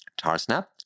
TarSnap